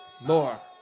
More